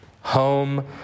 home